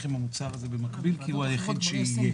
עם המוצר הזה במקביל כי הוא היחיד שיהיה,